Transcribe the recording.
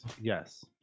Yes